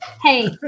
Hey